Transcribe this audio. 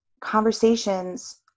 conversations